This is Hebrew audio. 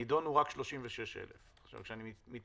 נידונו רק 36,000. כשאני מתייחס